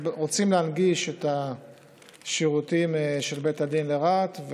אנחנו רוצים להנגיש את השירותים של בית הדין לרהט,